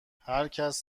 هرکس